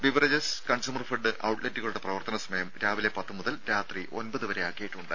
beverages consumer fed ഔട്ലെറ്റുകളുടെ പ്രവർത്തന സമയം രാവിലെ പത്ത് മുതൽ രാത്രി ഒൻപത് വരെയാക്കിയിട്ടുണ്ട്